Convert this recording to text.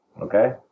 okay